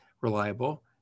reliable